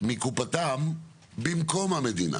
מקופתם במקום המדינה.